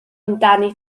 amdani